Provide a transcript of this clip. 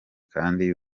kandi